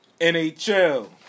NHL